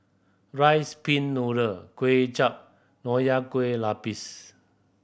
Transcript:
rice pin noodle Kway Chap Nonya Kueh Lapis